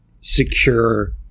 secure